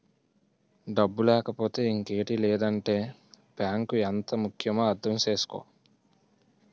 డబ్బు లేకపోతే ఇంకేటి లేదంటే బాంకు ఎంత ముక్యమో అర్థం చేసుకో